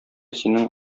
синең